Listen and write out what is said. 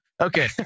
Okay